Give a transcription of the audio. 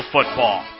Football